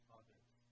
others